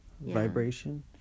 vibration